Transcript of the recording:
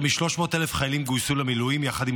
יותר מ-300,000 חיילים גויסו למילואים יחד עם